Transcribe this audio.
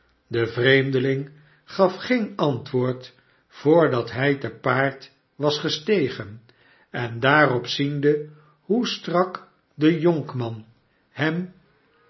de vreemdeling gaf geen antwoord voordat hij te paard was gestegen en daarop ziende hoe strak de jonkman hem